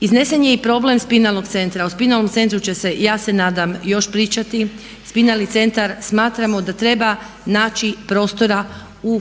Iznesen je i problem Spinalnog centra. O spinalnom centru će se ja se nadam još pričati. Spinalni centar smatramo da treba naći prostora u,